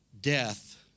Death